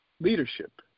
leadership